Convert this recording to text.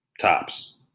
tops